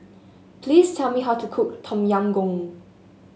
please tell me how to cook Tom Yam Goong